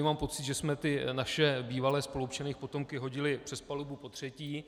Mám pocit, že jsme ty naše bývalé spoluobčany, potomky hodili přes palubu potřetí.